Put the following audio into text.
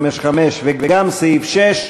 5(5) וגם סעיף 6,